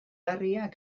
banan